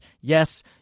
Yes